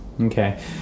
okay